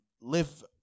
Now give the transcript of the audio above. live